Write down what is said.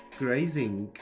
grazing